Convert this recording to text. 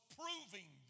proving